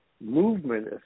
movement